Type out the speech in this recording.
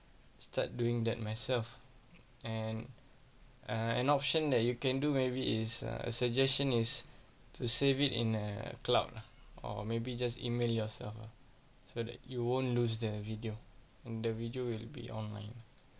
start doing that myself and uh an option that you can do maybe is a suggestion is to save it in a cloud lah or maybe just email yourself ah so that you won't lose the video and the video will be online